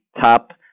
top